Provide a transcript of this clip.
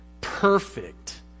perfect